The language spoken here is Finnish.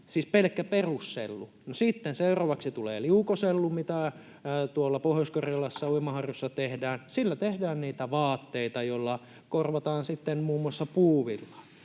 pelkkä perussellu. No, sitten seuraavaksi tulee liukosellu, mitä tuolla Pohjois-Karjalassa Uimaharjussa tehdään. Sillä tehdään niitä vaatteita, joilla korvataan muun muassa puuvillaa.